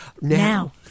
Now